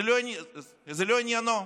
זה לא עניינו.